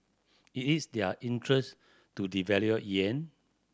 it is their interest to devalue yuan